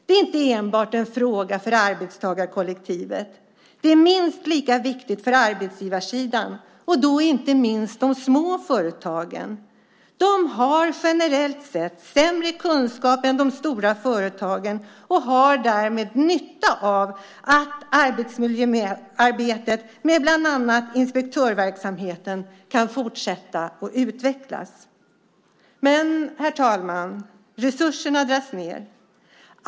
Det är inte enbart en fråga för arbetstagarkollektivet. Det är minst lika viktigt för arbetsgivarsidan och då inte minst de små företagen. De har generellt sett sämre kunskap än de stora företagen och har därmed nytta av att arbetsmiljöarbetet med bland annat inspektörsverksamheten kan fortsätta och utvecklas. Herr talman! Resurserna dras ned.